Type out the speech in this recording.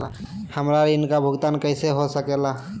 हमरा ऋण का भुगतान कैसे हो सके ला?